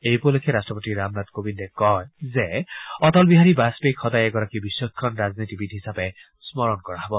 এই উপলক্ষে ৰাষ্ট্ৰপতি ৰামনাথ কোবিন্দে কয় যে অটল বিহাৰী বাজপেয়ীক সদায় এগৰাকী বিচক্ষণ ৰাজনীতিবিদ হিচাপে স্মৰণ কৰা হব